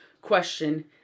question